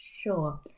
sure